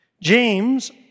James